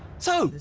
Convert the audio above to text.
so,